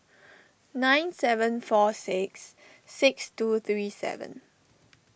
nine seven four six six two three seven